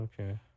Okay